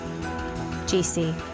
GC